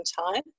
time